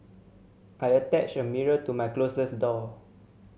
I attached a mirror to my closets door